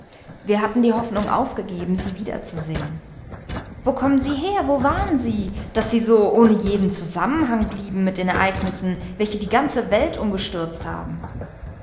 wir hatten die hoffnung aufgegeben sie wiederzusehen wo kommen sie her wo waren sie daß sie so ohne jeden zusammenhang blieben mit den ereignissen welche die ganze welt umgestürzt haben